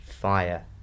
fire